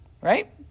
right